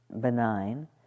benign